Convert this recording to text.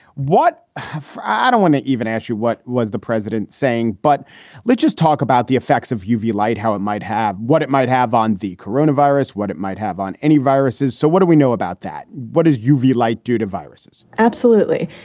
what have i don't want to even ask you, what was the president saying. but let's just talk about the effects of uv light, how it might have what it might have on the corona virus, what it might have on any viruses. so what do we know about that? what is you view light due to viruses? absolutely.